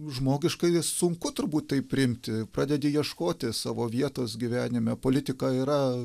žmogiškai sunku turbūt tai priimti pradedi ieškoti savo vietos gyvenime politika yra